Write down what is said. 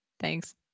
Thanks